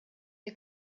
der